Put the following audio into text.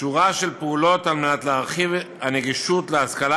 שורה של פעולות על מנת להרחיב את הנגישות להשכלה